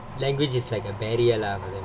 but language is like a barrier lah correct